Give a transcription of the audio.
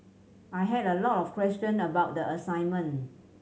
I had a lot of question about the assignment